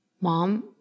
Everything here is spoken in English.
Mom